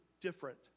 different